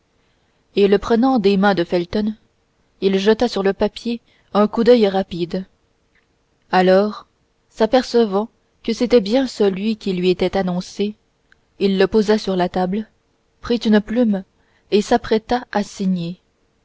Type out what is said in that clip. et le prenant des mains de felton il jeta sur le papier un coup d'oeil rapide alors s'apercevant que c'était bien celui qui lui était annoncé il le posa sur la table prit une plume et s'apprêta à